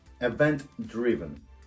event-driven